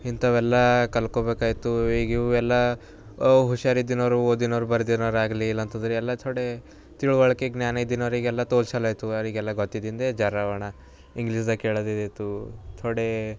ಇಂಥವೆಲ್ಲ ಕಲಿತ್ಕೋಬೇಕಾಯ್ತು ಈಗ ಇವು ಎಲ್ಲ ಹುಷಾರು ಇದ್ದಿನವರು ಓದಿದವ್ರು ಬರ್ದಿನವ್ರಾಗ್ಲಿ ಇಲ್ಲ ಅಂತ ಅಂದ್ರೆ ಎಲ್ಲ ಥೋಡೆ ತಿಳುವಳಿಕೆ ಜ್ಞಾನ ಇದ್ದಿರೋರಿಗೆಲ್ಲ ತೋಲ್ ಚಲೋ ಆಯ್ತು ಅವರಿಗೆಲ್ಲ ಗೊತ್ತಿದಿದ್ದೆ ಜರ ಒಣ ಇಂಗ್ಲೀಷ್ದಾಗ ಕೇಳೋದಿದಿತ್ತು ಥೋಡೆ